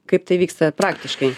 kaip tai vyksta praktiškai